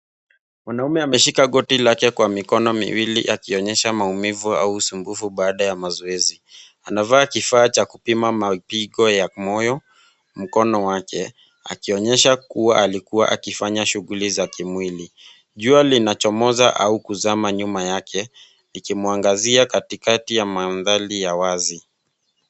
Mwanaume ameshika goti lake kwa mikono miwili akionyesha maumivu au usumbufu baada ya mazoezi. Anavaa kifaa cha kupima mapigo ya moyo, mkono wake, akionyesha kua alikua akifanya shughuli za kimwili. Jua linachomoza au kuzama nyuma yake, ikimwangazia katikati ya madhali ya wazi.